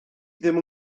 ddim